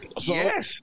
Yes